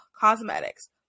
cosmetics